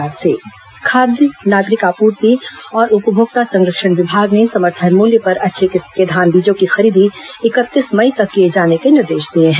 धान बीज खाद्य नागरिक आपूर्ति और उपभोक्ता संरक्षण विभाग ने समर्थन मूल्य पर अच्छे किस्म के धान बीजों की खरीदी इकतीस मई तक किए जाने के निर्देश दिए हैं